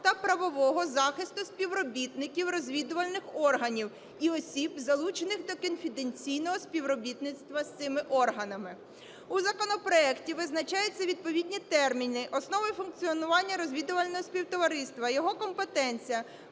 та правового захисту співробітників розвідувальних органів і осіб, залучених до конфіденційного співробітництва з цими органами У законопроекті визначаються відповідні терміни: основи функціонування розвідувального співтовариства, його компетенція,